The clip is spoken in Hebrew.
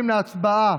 הצבעה.